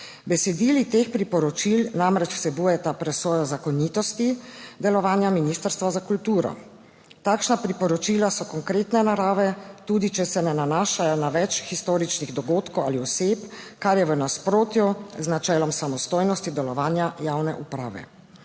Besedili teh priporočil namreč vsebujeta presojo zakonitosti delovanja Ministrstva za kulturo, takšna priporočila so konkretne narave, tudi če se ne nanašajo na več historičnih dogodkov ali oseb, kar je v nasprotju z načelom samostojnosti delovanja javne uprave.